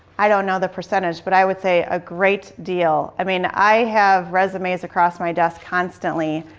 i don't know the percentage but i would say a great deal. i mean, i have resumes across my desk constantly,